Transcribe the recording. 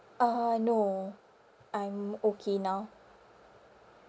uh no I'm okay now